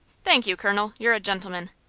thank you, colonel. you're a gentleman!